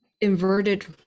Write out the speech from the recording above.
inverted